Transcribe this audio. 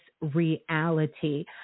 reality